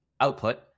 output